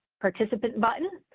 participant button,